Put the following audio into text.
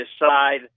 decide